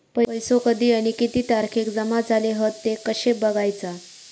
पैसो कधी आणि किती तारखेक जमा झाले हत ते कशे बगायचा?